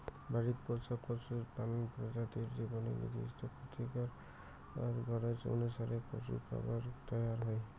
বাড়িত পোষা পশুর নানান প্রজাতির জীবনের নির্দিষ্ট পুষ্টির গরোজ অনুসারে পশুরখাবার তৈয়ার হই